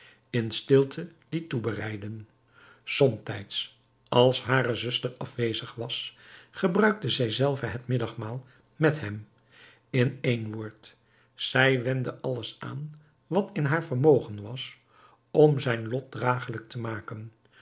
in stilte liet toebereiden somtijds als hare zuster afwezig was gebruikte zij zelve het middagmaal met hem in één woord zij wendde alles aan wat in haar vermogen was om zijn lot dragelijk te maken